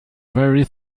very